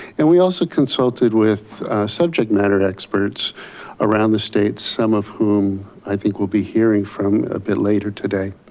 and we also consulted with subject matter experts around the state, some of whom i think we'll be hearing from a bit later today.